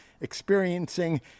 experiencing